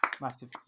massive